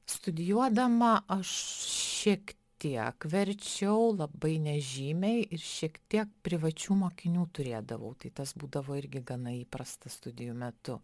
studijuodama aš šiek tiek verčiau labai nežymiai ir šiek tiek privačių mokinių turėdavau tai tas būdavo irgi gana įprasta studijų metu